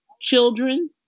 children